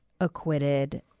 acquitted